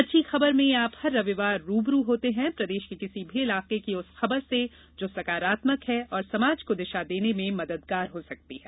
अच्छी खबर में आप हर रविवार रूबरू होते हैं प्रदेश के किसी भी इलाके की उस खबर से जो सकारात्मक है और समाज को दिशा देने में मददगार हो सकती है